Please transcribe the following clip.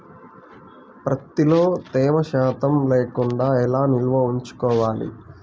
ప్రత్తిలో తేమ శాతం లేకుండా ఎలా నిల్వ ఉంచుకోవాలి?